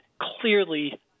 clearly